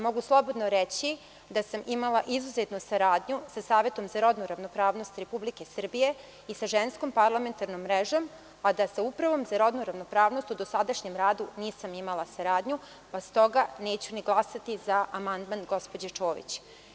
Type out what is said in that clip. Mogu slobodno reći da sam imala izuzetnu saradnju sa Savetom za rodnu ravnopravnost Republike Srbije i sa Ženskom parlamentarnom mrežom, a da sa Upravom za rodnu ravnopravnost u dosadašnjem radu nisam imala saradnju, pa s toga neću ni glasati za amandman gospođe Čomić.